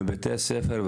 מבתי הספר,